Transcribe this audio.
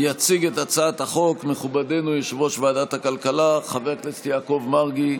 יציג את הצעת החוק מכובדנו יושב-ראש ועדת הכלכלה חבר הכנסת יעקב מרגי,